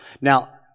Now